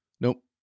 nope